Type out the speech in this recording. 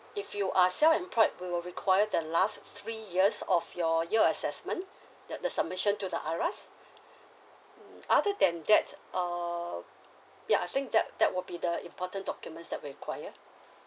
if you are self-employed we will require the last three years of your year assessment the the submission to the I_R_A_S um other than that err ya I think that that would be the important documents that we require